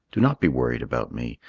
do not be worried about me.